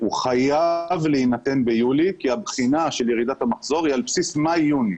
חייב להינתן ביולי כי הבחינה של ירידת המחזור היא על בסיס מאי יוני.